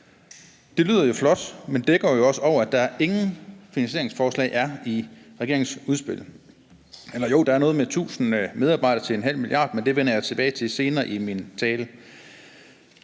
Det lyder jo flot, men dækker også over, at der ingen finansieringsforslag er i regeringens udspil. Eller jo, der er noget med 1.000 medarbejdere til 0,5 mia. kr., men det vender jeg tilbage til senere i min tale.